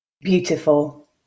Beautiful